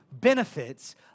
benefits